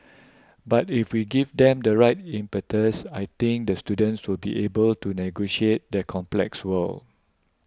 but if we give them the right impetus I think the students to be able to negotiate that complex world